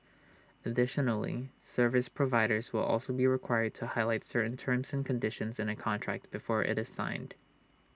additionally service providers will also be required to highlight certain terms and conditions in A contract before IT is signed